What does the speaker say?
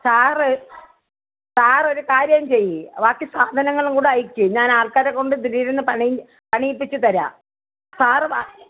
sir sir ഒരു കാര്യം ചെയ്യ് ബാക്കി സാധനങ്ങളും കൂടെ അയയ്ക്ക് ഞാൻ ആൾക്കാരെക്കൊണ്ട് ദിടീന്ന് പണി പണിയിപ്പിച്ച് തരാം സാർ വാ